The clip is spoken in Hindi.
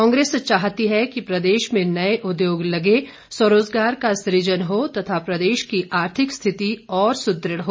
कांग्रेस चाहती है कि प्रदेश में नए उद्योग लगे स्वरोजगार का सुजन हो तथा प्रदेश की आर्थिक स्थिति और सुदृढ़ हो